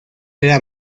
era